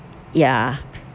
ya